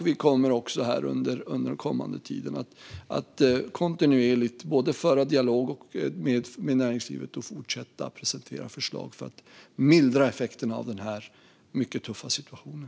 Vi kommer också under den kommande tiden att kontinuerligt föra dialog med näringslivet och fortsätta presentera förslag för att mildra effekterna av den här mycket tuffa situationen.